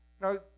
Now